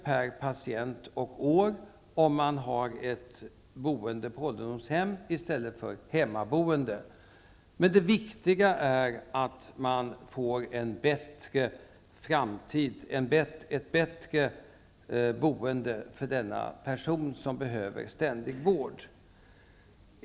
per patient och år med ett boende på ålderdomshem i stället för hemmaboende. Men det viktiga är att man får en bättre framtid, ett bättre boende för denna person som behöver ständig vård.